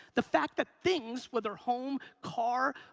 the fact that things, whether home, car,